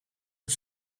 het